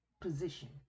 position